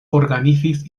organizis